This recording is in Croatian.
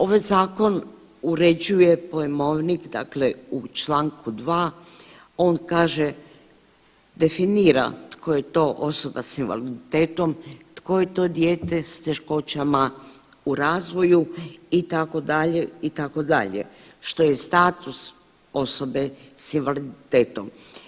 Ovaj zakon uređuje pojmovnik, dakle u čl. 2. on kaže definira tko je to osoba s invaliditetom, tko je to dijete s teškoćama u razvoju itd., itd. što je status osobe s invaliditetom.